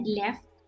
left